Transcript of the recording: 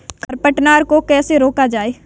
खरपतवार को कैसे रोका जाए?